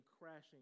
crashing